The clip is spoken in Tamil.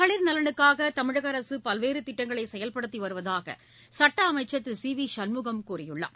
மகளிர் நலனுக்காக தமிழக அரசு பல்வேறு திட்டங்களை செயல்படுத்தி வருவதாக சுட்ட அமைச்சர் திரு சி வி சண்முகம் கூறியுள்ளார்